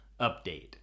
update